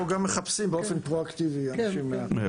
אנחנו גם מחפשים באופן פרו אקטיבי אנשים.